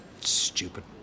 stupid